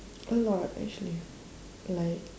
a lot actually like